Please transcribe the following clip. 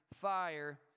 fire